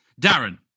Darren